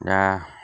दा